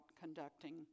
conducting